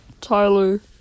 Tyler